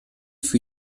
für